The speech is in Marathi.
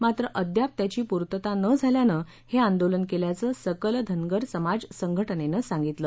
मात्र अद्याप त्याची पूर्तता न झाल्यानं हे आंदोलन केल्याचं सकल धनगर समाज संघटनेनं सांगितलं